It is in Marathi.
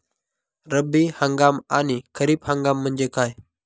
रब्बी हंगाम आणि खरीप हंगाम म्हणजे काय?